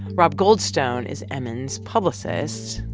rob goldstone is emin's publicist.